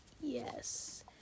Yes